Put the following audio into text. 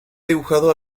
dibujado